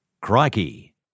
Crikey